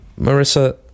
Marissa